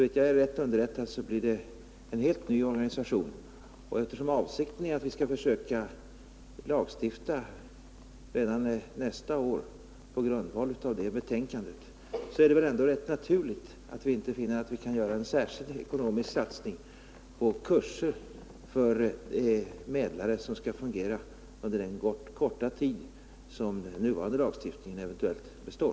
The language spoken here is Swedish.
Om jag är riktigt underrättad blir det en helt ny organisation, och eftersom avsikten är att vi skall försöka lagstifta redan nästan år på grundval av det betänkandet är det väl rätt naturligt att vi inte finner att vi kan göra en särskild ekonomisk satsning på kurser för medlare som skall fungera under den korta tid som den nuvarande lagstiftningen eventuellt består.